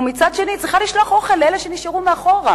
ומצד שני היא צריכה לשלוח אוכל לאלה שנשארו מאחור.